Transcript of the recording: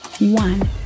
one